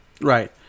Right